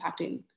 impacting